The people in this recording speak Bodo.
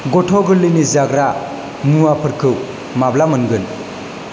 गथ' गोरलैनि जाग्रा मुवाफोरखौ माब्ला मोनगोन